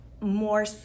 more